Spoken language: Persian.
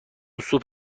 سوپ